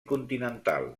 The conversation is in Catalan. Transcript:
continental